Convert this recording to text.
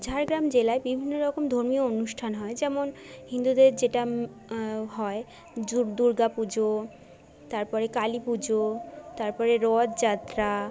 ঝাড়গ্রাম জেলায় বিভিন্ন রকম ধর্মীয় অনুষ্ঠান হয় যেমন হিন্দুদের যেটা হয় যুগ দুর্গা পুজো তারপরে কালী পুজো তারপরে রথযাত্রা